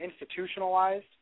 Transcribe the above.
institutionalized